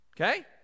Okay